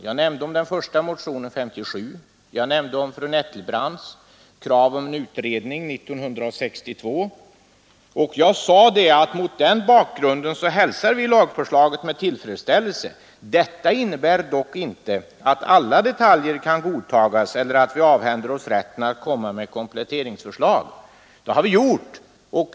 Jag omnämnde den första motionen 1957 och fru Nettelbrandts krav på en utredning 1962. Jag framhöll att vi mot den bakgrunden hälsar lagförslaget med tillfredsställelse. Detta innebär dock inte att alla detaljer kan godtas eller att vi avhänder oss rätten att komma med kompletteringsförslag. Det har vi också gjort.